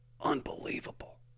Unbelievable